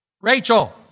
Rachel